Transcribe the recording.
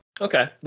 Okay